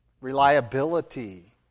reliability